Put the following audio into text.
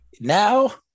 Now